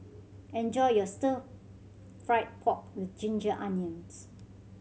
enjoy your Stir Fried Pork With Ginger Onions